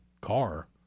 car